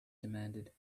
demanded